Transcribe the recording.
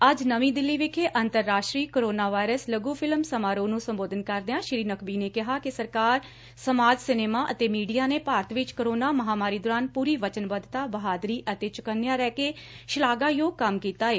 ਅੱਜ ਨਵੀਂ ਦਿੱਲੀ ਵਿਖੇ ਅੰਤਰਰਾਸਟਰੀ ਕੋਰੋਨਾ ਵਾਇਰਸ ਲਘੁ ਫਿਲਮ ਸਮਾਰੋਹ ਨੂੰ ਸੰਬੋਧਨ ਕਰਦਿਆਂ ਸੀ ਨਕਬੀ ਨੇ ਕਿਹਾ ਕਿ ਸਰਕਾਰ ਸਮਾਜ ਸਿਨੇਮਾ ਅਤੇ ਮੀਡੀਆ ਨੇ ਭਾਰਤ ਵਿਚ ਕੋਰੌਨਾ ਮਹਾਮਾਰੀ ਦੌਰਾਨ ਪੁਰੀ ਵਚਨਬੱਧਤਾ ਬਹਾਦਰੀ ਅਤੇ ਚੁਕੰਨਿਆ ਰਹਿ ਕੇ ਸ਼ਲਾਘਾਯੋਗ ਕੰਮ ਕੀਤਾ ਏ